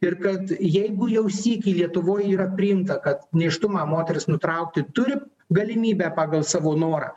ir kad jeigu jau sykį lietuvoj yra priimta kad nėštumą moteris nutraukti turi galimybę pagal savo norą